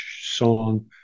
song